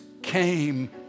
came